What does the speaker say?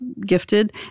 gifted